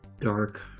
Dark